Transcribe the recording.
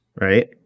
right